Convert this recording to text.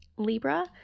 Libra